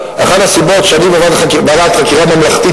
אחת הסיבות לכך שאני בעד ועדת חקירה ממלכתית